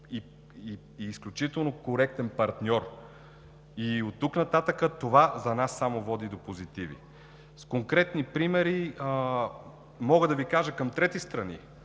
и изключително коректен партньор. И оттук нататък това за нас само води до позитиви. С конкретни примери мога да Ви кажа към трети страни.